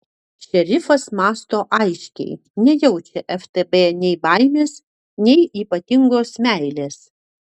šerifas mąsto aiškiai nejaučia ftb nei baimės nei ypatingos meilės